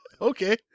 okay